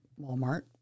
Walmart